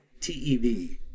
TeV